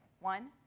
One